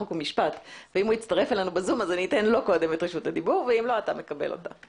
ואני מבין את החשש המוצדק מאוד